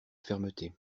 fermeté